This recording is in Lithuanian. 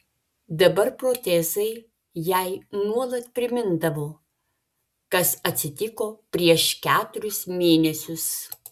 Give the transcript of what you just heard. dabar protezai jai nuolat primindavo kas atsitiko prieš keturis mėnesius